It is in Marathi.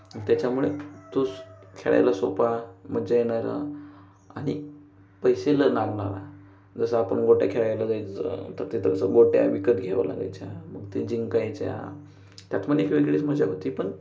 त्याच्यामुळे तो खेळायला सोपा मजा येणारा आणि पैसे न लागणारा जसं आपण गोट्या खेळायला जायचं तर तिथे तसं गोट्या विकत घ्यावं लागायच्या मग ते जिंकायच्या त्यात पण एक वेगळीच मजा होती पण